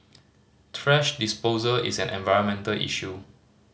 thrash disposal is an environmental issue